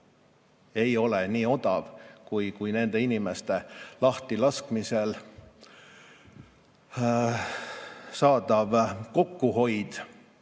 ei ole nii odav kui nende inimeste lahtilaskmisel saadav kokkuhoid.